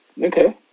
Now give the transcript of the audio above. Okay